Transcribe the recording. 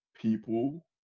people